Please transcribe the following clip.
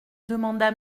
demanda